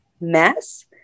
mess